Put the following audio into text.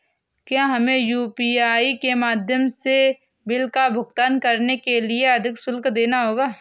क्या हमें यू.पी.आई के माध्यम से बिल का भुगतान करने के लिए अधिक शुल्क देना होगा?